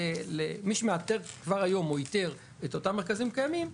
שמי שמאתר כבר היום או איתר את אותם מרכזים קיימים,